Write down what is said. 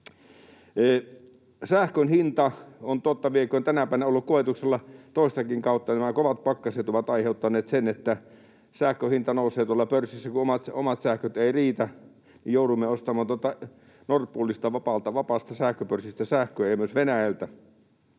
Sähkön hinta on, totta vieköön, tänä päivänä ollut koetuksella toistakin kautta. Nämä kovat pakkaset ovat aiheuttaneet sen, että sähkön hinta nousee pörssissä. Kun omat sähköt eivät riitä, niin joudumme ostamaan sähköä Nord Poolista, vapaasta sähköpörssistä, ja myös Venäjältä.